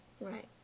Right